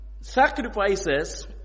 sacrifices